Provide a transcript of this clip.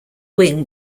wing